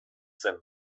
zen